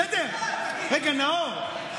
רגע, נאור,